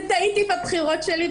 טעיתי בבחירות שלי.